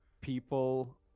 people